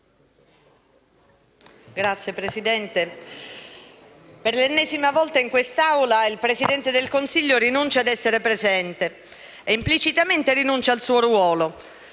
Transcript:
Signor Presidente, per l'ennesima volta in quest'Aula il Presidente del Consiglio rinuncia ad essere presente e implicitamente rinuncia al suo ruolo